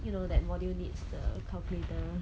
you know that module needs the calculator